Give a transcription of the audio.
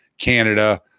Canada